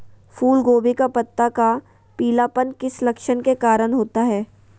फूलगोभी का पत्ता का पीलापन किस लक्षण के कारण होता है?